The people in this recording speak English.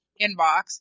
inbox